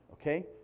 okay